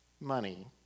money